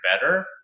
better